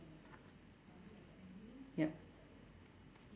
yup